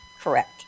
Correct